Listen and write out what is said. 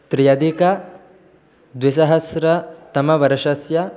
त्र्यधिकद्विसहस्रतमवर्षस्य